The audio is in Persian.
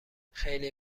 خیلی